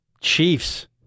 chiefs